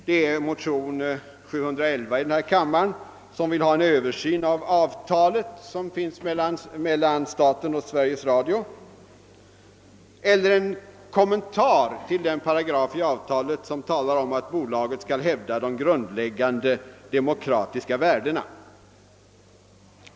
I motionen II:711 begärs en översyn av avtalet mellan staten och Sveriges Radio eller en kommentar till den paragraf i avtalet som talar om att bolaget skall hävda de grundläggande demokratiska värdena.